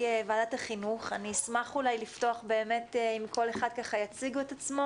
ועדת החינוך אני אשמח לפתוח באמת אם כל אחד יציג את עצמו